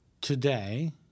today